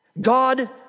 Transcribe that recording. God